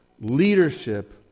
leadership